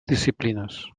disciplines